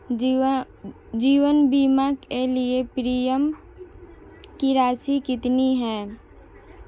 जीवन बीमा के लिए प्रीमियम की राशि कितनी है?